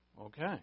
Okay